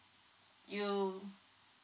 you